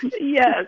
Yes